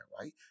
right